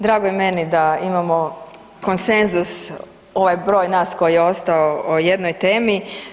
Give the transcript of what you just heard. Drago je meni da imamo konsenzus ovaj broj nas koji je ostao o jednoj temi.